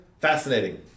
Fascinating